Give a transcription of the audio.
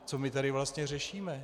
Co tady vlastně řešíme?